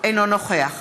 אינו נוכח